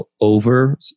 over